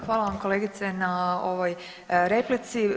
Hvala vam kolegice na ovoj replici.